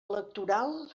electoral